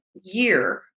year